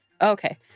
Okay